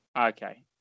Okay